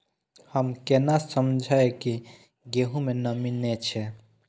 हम केना समझये की गेहूं में नमी ने छे?